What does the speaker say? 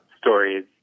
stories